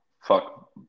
Fuck